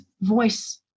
voice